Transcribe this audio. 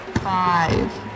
five